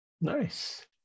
Nice